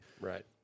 right